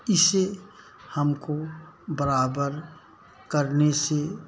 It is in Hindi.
इसे हमको बराबर करने से